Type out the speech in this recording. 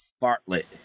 Bartlett